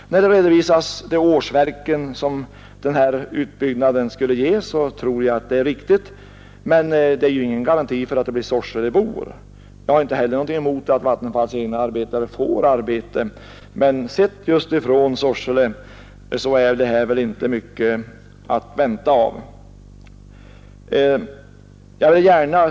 Jag tror att redovisningen av de årsverken som utbyggnaden skulle ge kan vara riktig, men det finns ingen garanti för att det blir Sorselebor som får sysselsättning i projektet; jag har inte heller någonting emot att Vattenfalls egna arbetare får arbete, men sett just från Sorseles synpunkt är det inte mycket att vänta av den här utbyggnaden.